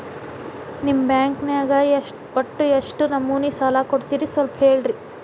ನಿಮ್ಮ ಬ್ಯಾಂಕ್ ನ್ಯಾಗ ಒಟ್ಟ ಎಷ್ಟು ನಮೂನಿ ಸಾಲ ಕೊಡ್ತೇರಿ ಸ್ವಲ್ಪ ಹೇಳ್ರಿ